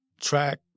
track